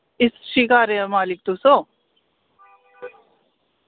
इस शिकारे दा मालिक तुस ओ